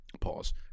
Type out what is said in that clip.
Pause